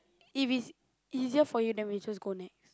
if it's easier for you then wee just go Nex